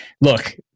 look